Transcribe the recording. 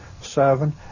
seven